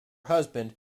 husband